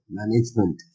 management